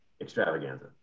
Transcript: extravaganza